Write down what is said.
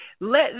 let